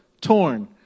torn